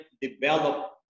develop